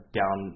down